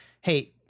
hey